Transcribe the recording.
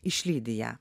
išlydi ją